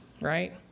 right